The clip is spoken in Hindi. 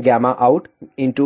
outL1